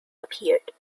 appeared